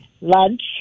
lunch